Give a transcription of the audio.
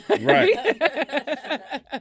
Right